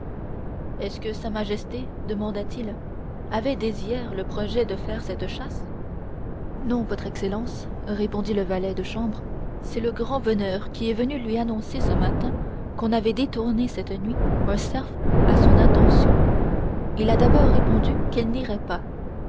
est-ce que sa majesté demanda-t-il avait dès hier le projet de faire cette chasse non votre excellence répondit le valet de chambre c'est le grand veneur qui est venu lui annoncer ce matin qu'on avait détourné cette nuit un cerf à son intention il a d'abord répondu qu'il n'irait pas